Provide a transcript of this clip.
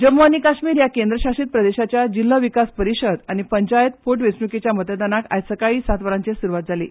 जम्मू आनी काश्मिर या केंद्रशासित प्रदेशाच्या जिल्हो विकास परिषद आनी पंचायत पोटवेचणुकेच्या मतदानाक आयज सकाळी सात वरांचेर सुरूवात जाल्या